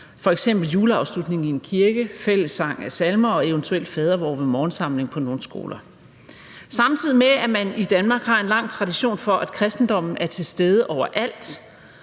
f.eks. juleafslutningen i en kirke, fællessang af salmer og eventuelt fadervor ved morgensamlingen på nogle skoler. Samtidig med at man i Danmark har en lang tradition for, at kristendommen er til stede overalt,